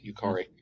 Yukari